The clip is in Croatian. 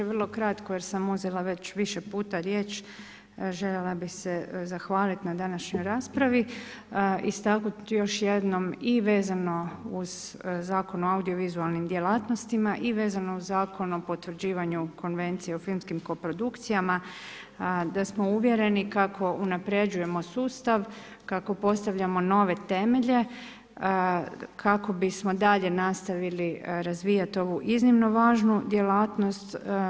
Vrlo kratko jer sam uzela već više puta riječ, željela bi se zahvaliti na današnjoj raspravi, istaknuti još jednom i vezano u Zakon o audio-vizualnim djelatnostima i vezano uz Zakon o potvrđivanju konvencije o filmskim koprodukcijama da smo uvjereni kako unaprjeđujemo sustav, kako postavljamo nove temelje kako bismo dalje nastavili razvijati ovu iznimno važnu djelatnost.